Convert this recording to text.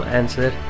answer